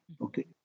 okay